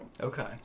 Okay